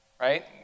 right